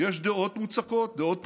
יש דעות מוצקות, דעות פרטיות.